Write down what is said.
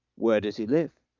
where does he live?